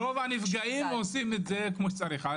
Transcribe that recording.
רוב הנפגעים עושים את זה כמו שצריך.